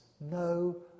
no